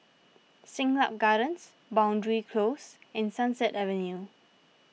Siglap Gardens Boundary Close and Sunset Avenue